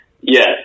Yes